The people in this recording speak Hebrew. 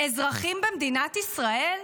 אזרחים במדינת ישראל?